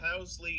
Housley